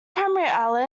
primary